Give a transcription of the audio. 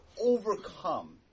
overcome